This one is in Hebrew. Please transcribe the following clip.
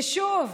ושוב,